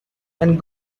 and